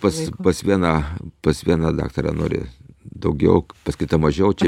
pas pas vieną pas vieną daktarą nori daugiau pas kitą mažiau čia